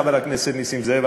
חבר הכנסת נסים זאב,